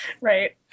Right